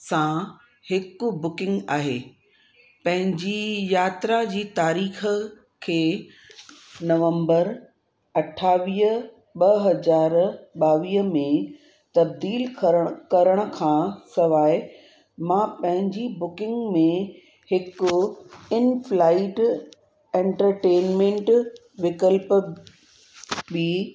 सां हिकु बुकिंग आहे पंहिंजी यात्रा जी तारीख़ खे नवम्बर अठावीज ॿ हज़ार ॿावीह में तबदीलु करण करण खां सवाइ मां पंहिंजी बुकिंग में हिकु इनफ्लाईट एंटरटेनमेंट विकल्प में